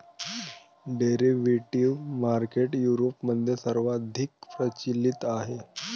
derivative market युरोपमध्ये सर्वाधिक प्रचलित आहे